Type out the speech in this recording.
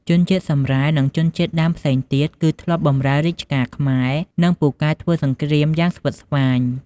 ជនជាតិសម្រែ និងជនជាតិដើមផ្សេងទៀតគឺធ្លាប់បម្រើរាជការខ្មែរ និងពូកែធ្វើសង្គ្រាមយ៉ាងស្វិតស្វាញ។